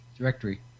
directory